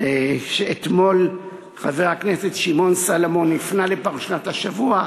אתמול חבר הכנסת שמעון סולומון הפנה לפרשת השבוע,